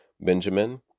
Benjamin